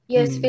Yes